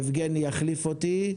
כאמור, יבגני יחליף אותי.